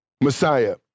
Messiah